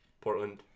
Portland –